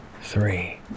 three